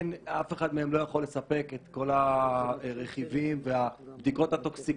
אף אחד מהם לא יכול לספק את כל הרכיבים והבדיקות הטוקסיקולוגיות.